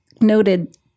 noted